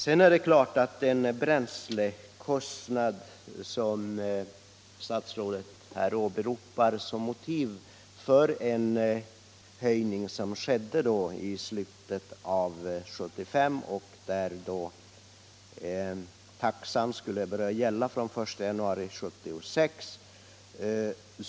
Statsrådet åberopar bränslekostnaderna som motiv för den höjning som skedde i slutet av 1975 — taxan skulle börja gälla den 1 januari 1976.